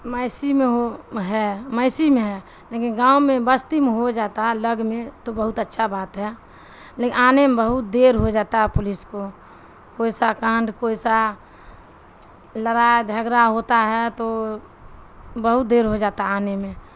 Messi میں ہو ہے میسی میں ہے لیکن گاؤں میں بستی میں ہو جاتا ہے لگ میں تو بہت اچھا بات ہے لیکن آنے میں بہت دیر ہو جاتا ہے پولیس کو کوئیسا کانڈ کوئیسا لڑاائے جھگڑا ہوتا ہے تو بہت دیر ہو جاتا ہے آنے میں